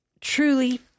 truly